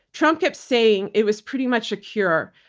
trump kept saying it was pretty much a cure.